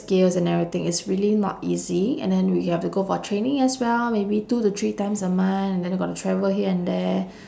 skills and everything it's really not easy and then we have to go for training as well maybe two to three times a month and then got to travel here and there